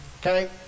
okay